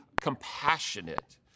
compassionate